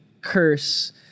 curse